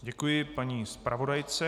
Děkuji paní zpravodajce.